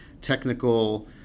technical